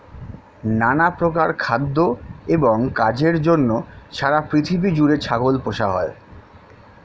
নানা প্রকার খাদ্য এবং কাজের জন্য সারা পৃথিবী জুড়ে ছাগল পোষা হয়